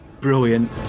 brilliant